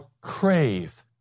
crave